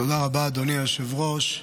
תודה רבה, אדוני היושב-ראש.